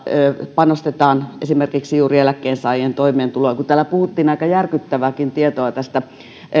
panostetaan esimerkiksi juuri eläkkeensaajien toimeentuloon kun täällä puhuttiin aika järkyttävääkin tietoa tästä